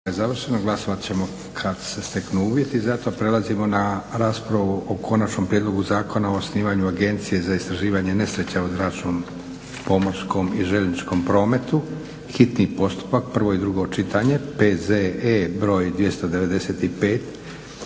završena. Glasovati ćemo kada se steknu uvjeti za to. **Zgrebec, Dragica (SDP)** Prelazimo na Konačni prijedlog zakona o osnivanju Agencije za istraživanje nesreća u zračnom, pomorskom i željezničkom prometu, hitni postupak, prvo i drugo čitanje, P.Z.E. br 295.